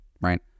right